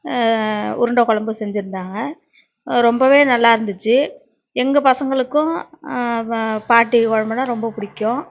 உருண்டை குழம்பு செஞ்சுருந்தாங்க ரொம்பவே நல்லாருந்துச்சு எங்கள் பசங்களுக்கும் பாட்டி குழம்புனா ரொம்ப பிடிக்கும்